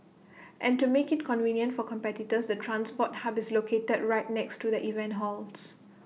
and to make IT convenient for competitors the transport hub is located right next to the event halls